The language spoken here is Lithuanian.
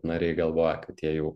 nariai galvoja kad jie jau